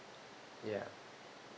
ya